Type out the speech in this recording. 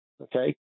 okay